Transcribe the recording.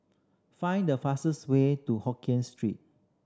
find the fastest way to Hokien Street